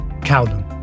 Cowden